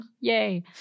Yay